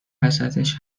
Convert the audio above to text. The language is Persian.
وسطش